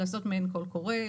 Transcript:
לעשות מעין קול קורא,